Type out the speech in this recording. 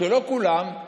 שלא כולם,